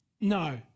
No